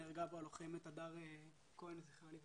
נהרגה בו הלוחמת הדר כהן ז"ל.